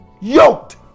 yoked